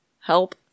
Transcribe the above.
help